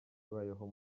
ibayeho